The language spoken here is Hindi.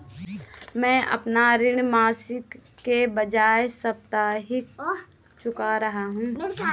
मैं अपना ऋण मासिक के बजाय साप्ताहिक चुका रहा हूँ